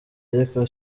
ariko